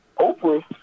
Oprah